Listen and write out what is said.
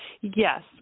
Yes